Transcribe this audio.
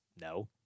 No